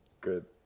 Good